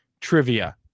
trivia